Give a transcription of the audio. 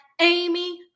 Amy